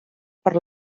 per